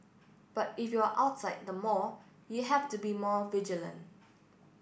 but if you are outside the mall you have to be more vigilant